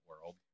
world